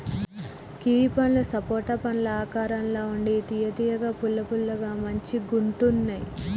kiwi పండ్లు సపోటా పండ్ల ఆకారం ల ఉండి తియ్య తియ్యగా పుల్ల పుల్లగా మంచిగుంటున్నాయ్